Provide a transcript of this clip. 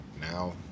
now